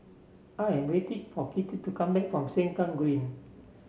I am waiting for Kitty to come back from Sengkang Green